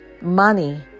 money